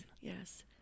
Yes